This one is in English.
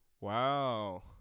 Wow